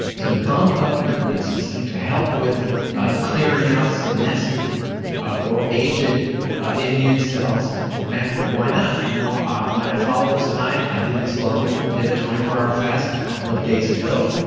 to bump up your immune system, to help with clearing out senescent or aged ah immune cells and why not? you know ah my followers and i, i did this along with them, did a twenty four hour fast a couple of days ago.